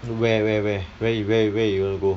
where where where where you where you where you wanna go